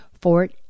Fort